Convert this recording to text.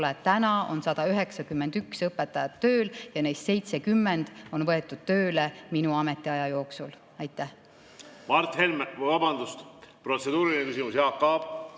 Täna on 191 õpetajat tööl ja neist 70 on võetud tööle minu ametiaja jooksul. Aitäh